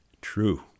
True